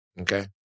okay